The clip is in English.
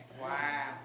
Wow